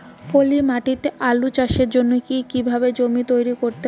পলি মাটি তে আলু চাষের জন্যে কি কিভাবে জমি তৈরি করতে হয়?